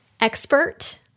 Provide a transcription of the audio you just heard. expert